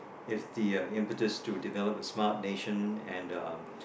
if the the uh impetus to develop a smart nation and